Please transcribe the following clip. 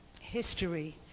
history